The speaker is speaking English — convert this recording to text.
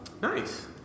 Nice